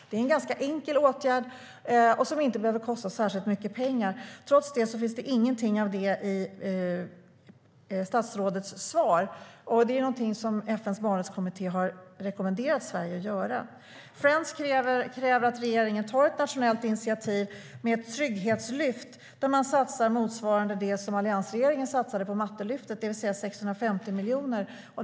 Det är en ganska enkel åtgärd som inte behöver kosta särskilt mycket pengar. Trots det finns det inget av det i statsrådets svar. Det är något som FN:s barnrättskommitté har rekommenderat Sverige att göra. Friends kräver att regeringen tar ett nationellt initiativ med ett trygghetslyft där man satsar motsvarande det som alliansregeringen satsade på mattelyftet, det vill säga 650 miljoner.